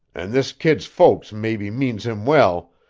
and this kid's folks maybe means him well,